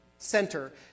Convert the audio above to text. center